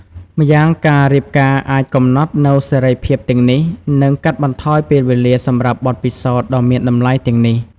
ម្យ៉ាងការរៀបការអាចកំណត់នូវសេរីភាពទាំងនេះ និងកាត់បន្ថយពេលវេលាសម្រាប់បទពិសោធន៍ដ៏មានតម្លៃទាំងនេះ។